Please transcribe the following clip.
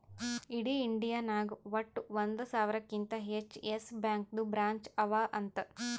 ಇಡೀ ಇಂಡಿಯಾ ನಾಗ್ ವಟ್ಟ ಒಂದ್ ಸಾವಿರಕಿಂತಾ ಹೆಚ್ಚ ಯೆಸ್ ಬ್ಯಾಂಕ್ದು ಬ್ರ್ಯಾಂಚ್ ಅವಾ ಅಂತ್